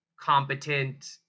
competent